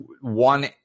one